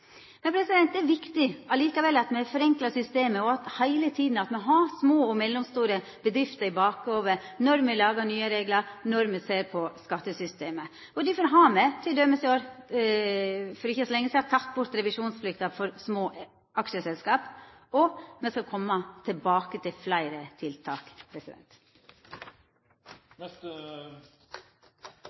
det er likevel viktig at me forenklar systemet og at me heile tida har små og mellomstore bedrifter i bakhovudet når me lagar nye reglar, når me ser på skattesystemet. Difor har me t.d. i år – for ikkje så lenge sida – teke bort revisjonsplikta for små aksjeselskap, og me skal koma tilbake til fleire tiltak.